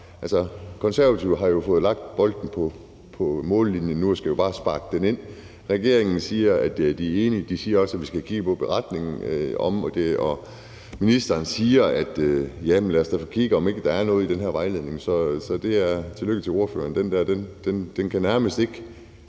støtte. Konservative har jo fået lagt bolden på mållinjen. Nu skal vi bare sparke den ind. Regeringen siger, at de er enige. De siger også, at vi skal kigge på en beretning om det. Ministeren siger, at jamen lad os da få kigget på, om ikke der er noget i den her vejledning. Så tillykke til ordføreren for forslagsstillerne. Den kan nærmest ikke